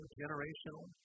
generational